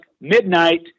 midnight